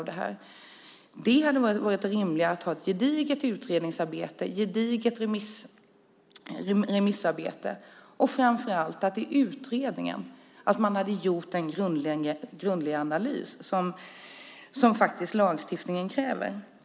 Det hade varit rimligt att ha ett gediget utredningsarbete och remissarbete och framför allt att utredningen hade gjort en grundlig analys, som lagstiftningen faktiskt kräver.